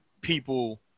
people